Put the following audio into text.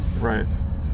Right